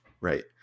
right